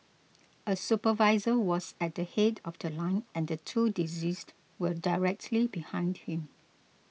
a supervisor was at the head of The Line and the two deceased were directly behind him